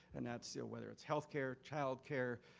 and that's, whether it's healthcare, childcare,